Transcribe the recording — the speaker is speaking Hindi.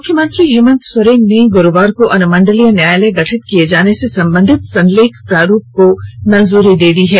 मुख्यमंत्री हेमन्त सोरेन ने कल अनुमंडलीय न्यायालय गठित किए जाने से संबंधित संलेख प्रारूप को मंजूरी दे दी है